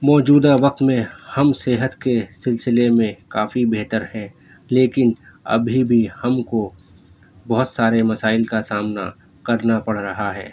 موجودہ وقت میں ہم صحت کے سلسلے میں کافی بہتر ہیں لیکن ابھی بھی ہم کو بہت سارے مسائل کا سامنا کرنا پڑ رہا ہے